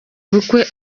ubukwe